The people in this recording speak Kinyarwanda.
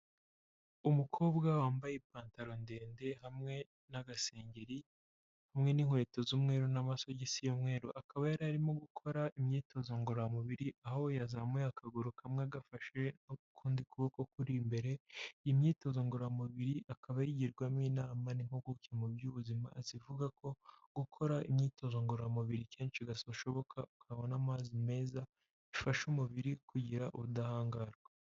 Umukobwa wambaye ipantaro ndende hamwe n'agasengeri, hamwe n'inkweto z'umweru n'amasogisi y'umweru. Akaba yari arimo gukora imyitozo ngororamubiri aho yazamuye akaguru kamwe agafashe, ukundi kuboko kuri imbere. Imyitozo ngororamubiri akaba ayigirwamo inama n'impuguke mu by'ubuzima zivuga ko gukora imyitozo ngororamubiri kenshi gashoboka ukabona amazi meza bifasha umubiri kugira ubudahangarwa.